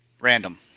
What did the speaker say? Random